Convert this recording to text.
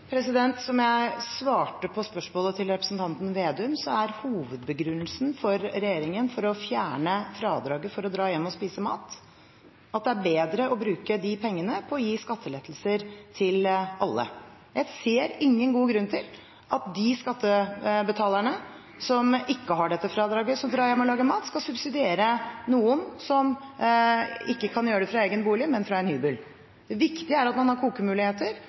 Som jeg svarte på spørsmålet fra representanten Slagsvold Vedum, er regjeringens hovedbegrunnelse for å fjerne fradraget for å dra hjem og spise mat at det er bedre å bruke de pengene på å gi skattelette til alle. Jeg ser ingen god grunn til at de skattebetalerne som ikke får dette fradraget, som drar hjem og lager mat, skal subsidiere noen som ikke kan gjøre det i egen bolig, men på en hybel. Det viktige er at man har kokemuligheter.